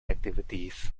activities